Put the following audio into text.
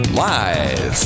live